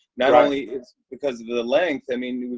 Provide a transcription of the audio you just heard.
not only because of the length i mean,